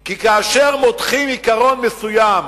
כי כאשר מותחים עיקרון מסוים